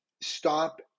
stop